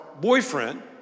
boyfriend